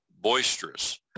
boisterous